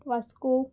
Vasco